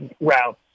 routes